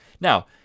Now